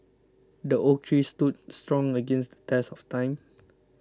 the oak tree stood strong against the test of time